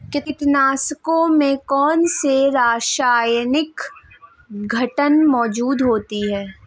कीटनाशकों में कौनसे रासायनिक घटक मौजूद होते हैं?